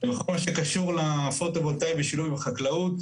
כל מה שקשור לפוטו-וולטאי בשילוב עם חקלאות,